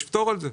יש פטור על זה.